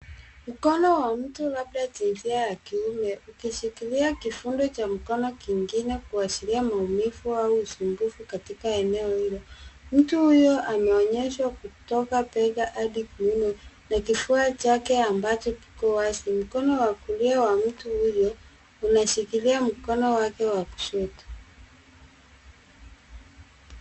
Mkono wa mtu labda jinsia ya kiume ukishikilia kifundo cha mkono kingine kuashiria maumivu au usumbufu katika eneo hilo. Mtu huyo ameonyeshwa kutoka bega hadi kiuno na kifua chake ambacho kiko wazi. Mkono wa kulia wa mtu huyo, unashikilia mkono wake wa kushoto.